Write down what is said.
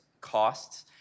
costs